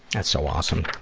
that's so awesome.